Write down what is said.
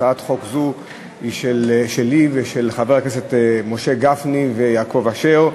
הצעת חוק זו היא שלי ושל חברי הכנסת משה גפני ויעקב אשר.